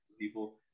people